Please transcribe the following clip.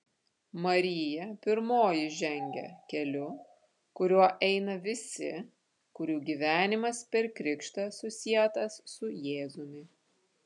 marija pirmoji žengia keliu kuriuo eina visi kurių gyvenimas per krikštą susietas su jėzumi